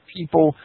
people